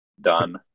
done